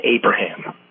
Abraham